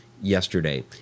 yesterday